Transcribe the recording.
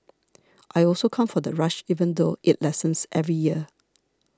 I also come for the rush even though it lessens every year